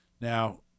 Now